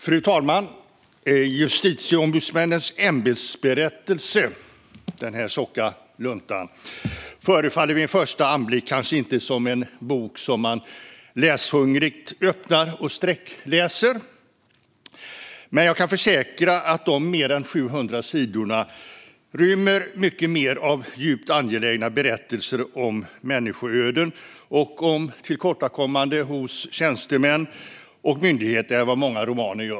Fru talman! Justitieombudsmännens ämbetsberättelse, denna tjocka lunta, förefaller vid en första anblick kanske inte som en bok som man läshungrigt öppnar och sträckläser. Men jag kan försäkra att de mer än 700 sidorna rymmer mycket mer av djupt angelägna berättelser om människoöden och om tillkortakommanden hos tjänstemän och myndigheter än vad många romaner gör.